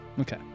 Okay